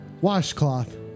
Washcloth